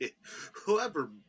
Whoever